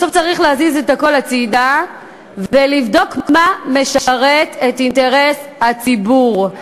בסוף צריך להזיז את הכול הצדה ולבדוק מה משרת את אינטרס הציבור.